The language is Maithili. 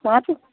पाँच